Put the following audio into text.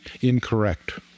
incorrect